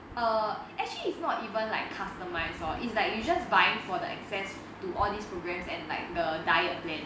err actually it's not even like customized lor it's like you just buying for the access to all these programs and like the diet plan